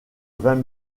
vingt